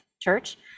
church